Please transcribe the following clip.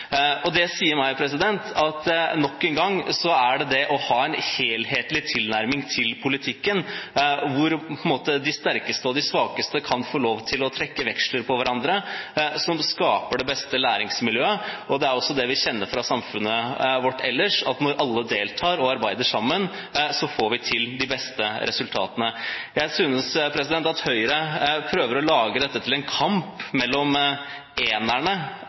kan få lov til å trekke veksler på hverandre, skaper det beste læringsmiljøet. Det er også det vi kjenner fra samfunnet vårt ellers, at når alle deltar og arbeider sammen, får vi til de beste resultatene. Jeg synes at Høyre prøver å lage dette til en kamp mellom enerne